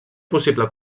possible